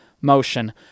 motion